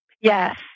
yes